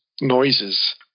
noises